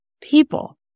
people